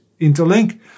interlink